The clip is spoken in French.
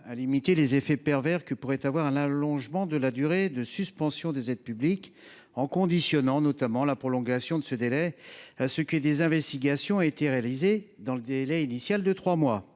à limiter les effets pervers que pourrait avoir un allongement de la durée de suspension des aides publiques, en conditionnant la prolongation de ce délai à la réalisation d’investigations dans le délai initial de trois mois.